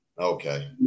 Okay